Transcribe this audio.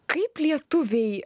kaip lietuviai